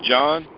John